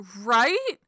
Right